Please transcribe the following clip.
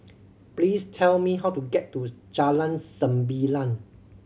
please tell me how to get to Jalan Sembilang